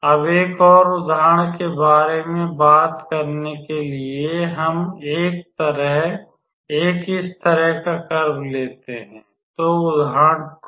अब एक और उदाहरण के बारे में बात करने के लिए हम एक इस तरह का कर्व लेते हैं तो उदाहरण 2